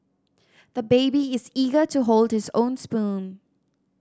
the baby is eager to hold his own spoon